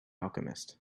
alchemist